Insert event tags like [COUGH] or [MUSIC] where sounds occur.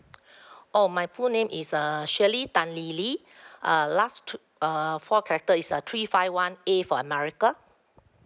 [BREATH] oh my full name is err shirley tan lily uh last two err four characters is uh three five one A for america